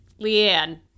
Leanne